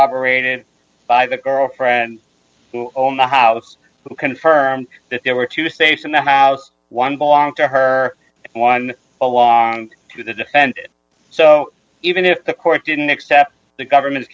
orated by the girlfriend who owned the house who confirmed that there were two states in the house one belonged to her one along to the defense so even if the court didn't accept the government's